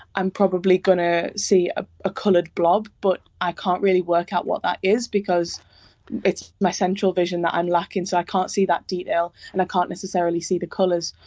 i'm probably going to see ah a coloured blob but i can't really work out what that is because it's my central vision that i'm lacking so, i can't really see that detail and i can't necessarily see the colours.